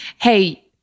hey